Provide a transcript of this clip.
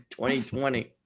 2020